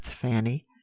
Fanny